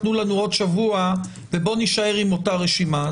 תנו לנו עוד שבוע ובוא נישאר עם אותה רשימה.